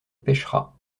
pêchera